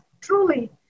truly